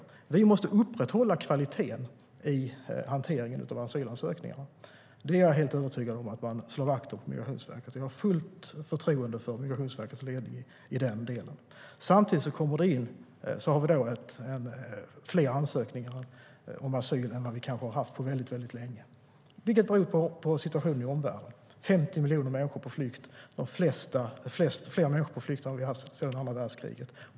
Vi måste upprätthålla kvaliteten i hanteringen av asylansökningarna. Jag är helt övertygad om att Migrationsverket slår vakt om det. Och jag har fullt förtroende för Migrationsverkets ledning när det gäller det. Samtidigt har vi fler ansökningar om asyl än vi har haft på väldigt länge, vilket beror på situationen i omvärlden. 50 miljoner människor är på flykt. Det är fler än sedan andra världskriget.